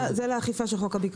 זה לאכיפה של חוק הפיקדון.